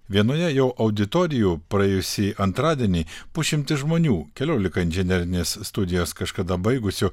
vienoje jo auditorijų praėjusį antradienį pusšimtis žmonių keliolika inžinerines studijas kažkada baigusių